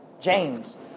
James